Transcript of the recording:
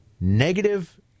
negative